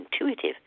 intuitive